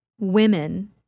women